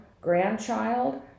grandchild